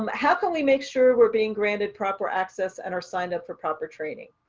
um how can we make sure we're being granted proper access and are signed up for proper training?